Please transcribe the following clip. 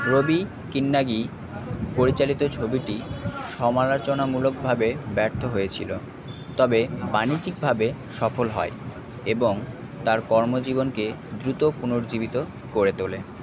রবি কিন্নাগি পরিচালিত ছবিটি সমালোচনামূলকভাবে ব্যর্থ হয়েছিল তবে বাণিজ্যিকভাবে সফল হয় এবং তার কর্মজীবনকে দ্রুত পুনর্জীবিত করে তোলে